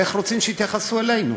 איך אנו רוצים שיתייחסו אלינו?